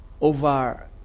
over